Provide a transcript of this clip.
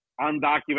undocumented